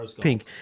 Pink